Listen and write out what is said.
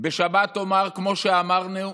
בשבת אומר, כמו שאמרנו: